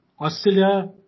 Australia